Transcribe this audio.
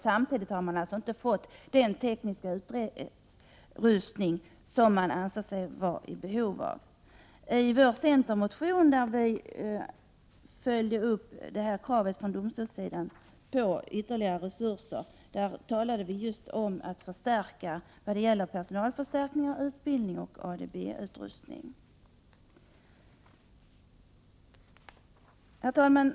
Samtidigt har man inte fått den tekniska utrustning man anser sig vara i behov av. I centerns motion, där vi följer upp kravet från domstolssidan på ytterligare resurser, talar vi också om förstärkning av personal, utbildning och ADB-utrustning. Herr talman!